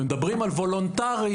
מדברים על וולונטרי,